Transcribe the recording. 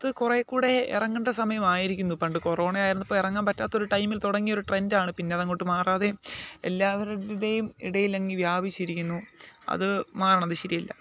അത് കുറേകൂടെ ഇറങ്ങേണ്ട സമയമായിരിക്കുന്നു പണ്ട് കൊറോണയായിരുന്നപ്പോൾ ഇറങ്ങാൻ പറ്റാത്ത ഒരു ടൈമിൽ തുടങ്ങിയ ഒരു ട്രെൻഡാണ് പിന്നെ അത് അങ്ങോട്ട് മാറാതെയും എല്ലാവരുടെയും ഇടയിൽ അങ്ങ് വ്യാപിച്ചിരിക്കുന്നു അത് മാറണം അത് ശരിയല്ല